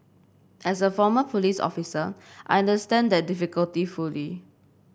as a former police officer I understand that difficulty fully